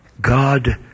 God